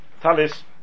talis